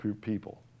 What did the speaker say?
people